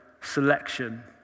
selection